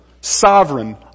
sovereign